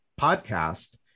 podcast